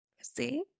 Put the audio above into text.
See